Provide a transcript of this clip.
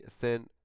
thin